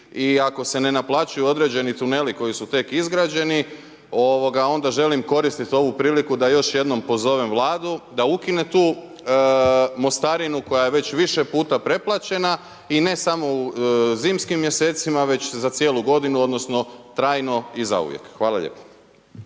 i ako se ne naplaćuju određeni tuneli koji su tek izgrađeni, onda želim koristit ovu priliku da još jednom pozovem vladu da ukine tu mostarinu koja je već više puta preplaćena i ne samo u zimskim mjesecima, već za cijelu godinu, odnosno trajno i zauvijek. Hvala lijepo.